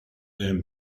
their